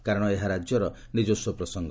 କାରଣ ଏହା ରାଜ୍ୟର ନିଜସ୍ୱ ପ୍ରସଙ୍ଗ